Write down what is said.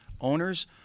owners